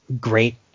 great